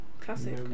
classic